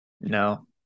no